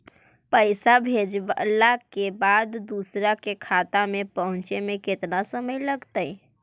पैसा भेजला के बाद दुसर के खाता में पहुँचे में केतना समय लगतइ?